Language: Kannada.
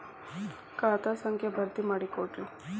ಖಾತಾ ಸಂಖ್ಯಾ ಭರ್ತಿ ಮಾಡಿಕೊಡ್ರಿ